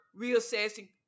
reassessing